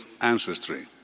ancestry